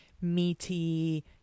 meaty